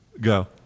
Go